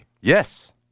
Yes